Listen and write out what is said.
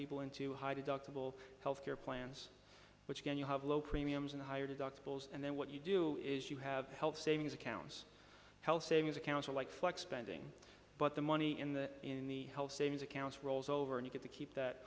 people into high deductible health care plans which when you have low premiums and higher deductibles and then what you do is you have health savings accounts health savings accounts like flex spending but the money in the in the health savings accounts rolls over and you get to keep that